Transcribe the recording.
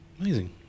amazing